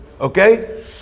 okay